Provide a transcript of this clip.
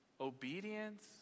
obedience